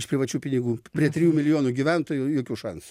iš privačių pinigų prie trijų milijonų gyventojų jokių šansų